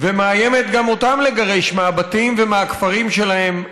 ומאיימת גם אותם לגרש מהבתים ומהכפרים שלהם,